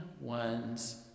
one's